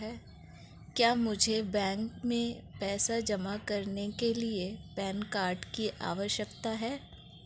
क्या मुझे बैंक में पैसा जमा करने के लिए पैन कार्ड की आवश्यकता है?